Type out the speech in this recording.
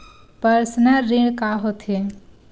Personal ऋण का होथे?